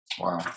Wow